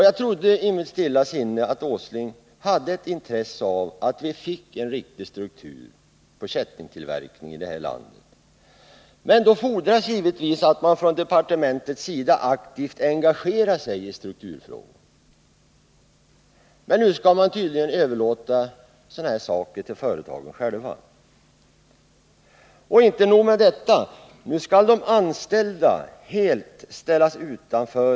Jag trodde i mitt stilla sinne att herr Åsling hade intresse för en riktig struktur på kättingtillverkningen i det här landet. Men för det fordras givetvis att man från departementets sida aktivt engagerar sig i strukturfrågorna. Nu skall man tydligen överlåta den delen åt företagen själva — och inte nog med det: nu skall de anställda också helt ställas utanför.